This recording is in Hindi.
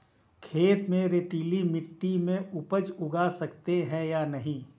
खेत में रेतीली मिटी में उपज उगा सकते हैं या नहीं?